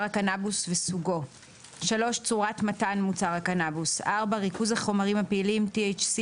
הקנבוס וסוגו; צורת מתן מוצר הקנבוס; ריכוז החומרים הפעילים THC